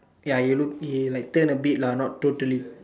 ya he look he like turn a bit lah not totally